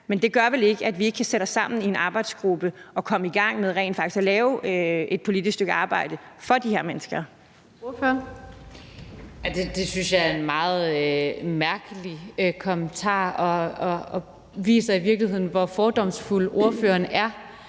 men det gør vel ikke, at vi ikke kan sætte os sammen i en arbejdsgruppe og komme i gang med rent faktisk at lave et politisk stykke arbejde for de her mennesker. Kl. 10:55 Den fg. formand (Birgitte Vind): Ordføreren.